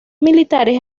militares